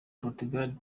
portugal